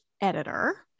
editor